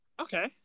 Okay